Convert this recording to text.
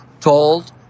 told